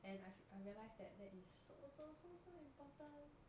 and I've I realised that that is so so so so important